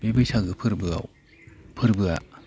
बे बैसागो फोरबोआव फोरबोआ